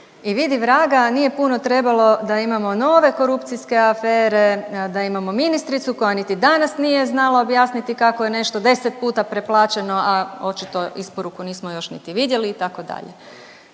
I vidi vraga nije puno trebalo da imamo nove korupcijske afere, da imamo ministricu koja niti danas nije znala objasniti kako je nešto deset puta preplaćeno, a očito isporuku nismo još niti vidjeli itd..